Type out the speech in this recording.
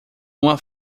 uma